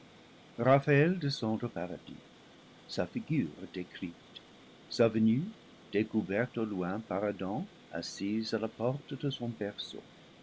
raphaël descend au paradis sa figure décrite sa venue découverte au loin par adam assis à la porte de son